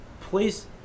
Please